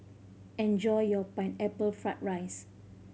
enjoy your Pineapple Fried rice